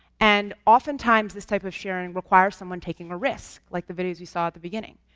and oftentimes, this type of sharing requires someone taking a risk, like the videos we saw at the beginning.